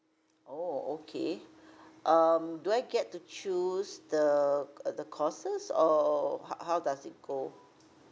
oh okay um do I get to choose the uh the courses or how how does it go